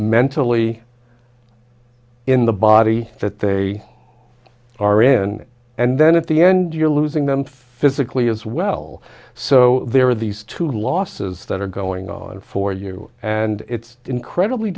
mentally in the body that they are in and then at the end you're losing them physically as well so there are these two losses that are going on for you and it's incredibly